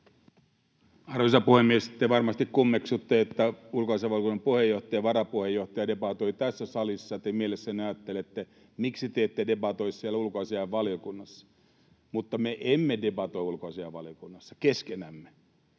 Arvoisa puhemies! Te varmasti kummeksutte, että ulkoasiainvaliokunnan puheenjohtaja ja varapuheenjohtaja debatoivat tässä salissa. Te mielessänne ajattelette: miksi te ette debatoi siellä ulkoasiainvaliokunnassa? Mutta me emme debatoi ulkoasiainvaliokunnassa keskenämme.